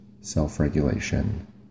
self-regulation